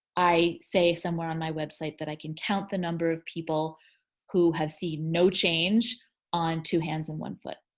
i say somewhere on my website that i can count the number of people who have seen no change on two hands and one foot.